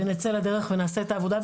ונצא לדרך ונעשה את העבודה,